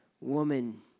woman